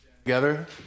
Together